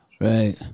Right